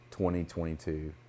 2022